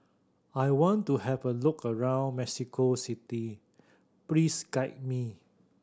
I want to have a look around Mexico City please guide me